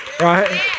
Right